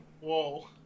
Whoa